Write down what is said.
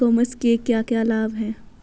ई commerce के क्या क्या लाभ हैं?